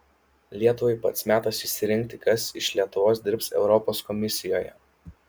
lietuvai pats metas išsirinkti kas iš lietuvos dirbs europos komisijoje